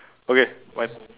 okay my